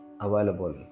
available